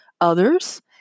Others